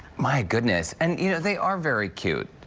my goodness and you know they are very cute,